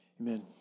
Amen